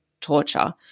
torture